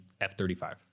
f-35